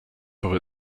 for